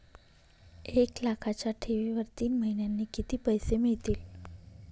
एक लाखाच्या ठेवीवर तीन महिन्यांनी किती पैसे मिळतील?